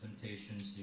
temptations